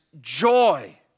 joy